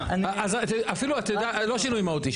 אפילו לא שינוי מהותי,